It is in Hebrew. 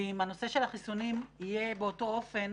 ואם הנושא של החיסונים יהיה באותו אופן,